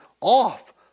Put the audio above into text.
off